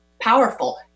powerful